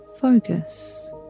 focus